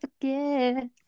forget